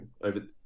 over